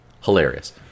Hilarious